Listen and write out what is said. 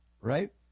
right